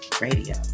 Radio